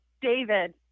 David